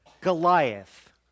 Goliath